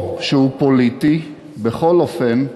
או שהוא פוליטי, בכל אופן,